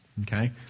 Okay